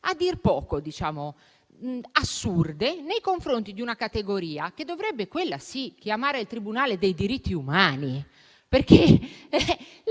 a dir poco assurde nei confronti di una categoria che dovrebbe - quella sì - chiamare il tribunale dei diritti umani.